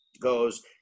goes